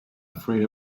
afraid